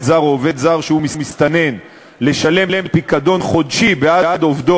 זר או עובד זר שהוא מסתנן לשלם פיקדון חודשי בעד העובד,